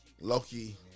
Loki